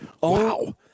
Wow